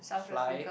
fly